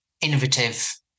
innovative